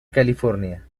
california